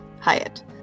Hyatt